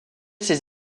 ces